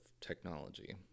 technology